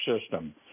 system